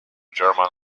german